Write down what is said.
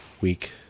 week